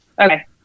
Okay